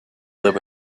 live